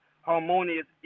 harmonious